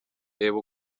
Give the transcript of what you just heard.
reba